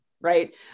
right